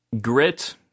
Grit